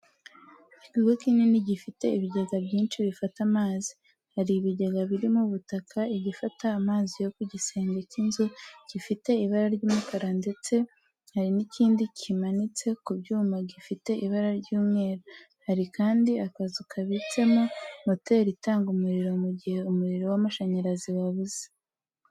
Ikigo kinini gifite ibigega byinshi bifata amazi, hari ibigega biri mu butaka, igifata amazi yo ku gisenge cy'inzu gifite ibara ry'umukara ndetse hari n'ikindi kimanitse ku byuma gifite ibara ry'umweru. Hari kandi akazu kabitsemo moteri itanga umuriro mu gihe umuriro w'amashanyarazi wabuze.